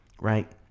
right